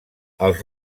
els